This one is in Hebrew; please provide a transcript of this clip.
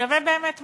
שווה באמת משהו.